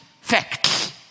facts